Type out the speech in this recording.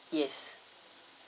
yes